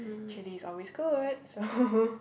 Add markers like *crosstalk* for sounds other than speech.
chilli is always good so *laughs*